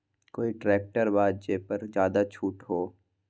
कोइ ट्रैक्टर बा जे पर ज्यादा छूट हो?